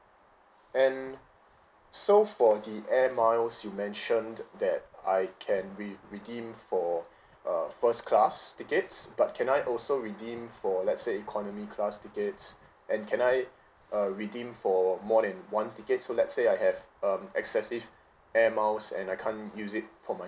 and so for the air miles you mentioned that I can re~ redeem for uh first class tickets but can I also redeem for let's say economy class tickets and can I uh redeem for more than one ticket so let's say I have um excessive air miles and I can't use it for my